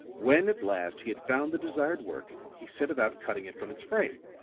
when, at last, he had found the desired work, he set about cutting it from its frame.